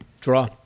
Draw